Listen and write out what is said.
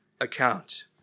account